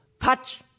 Touch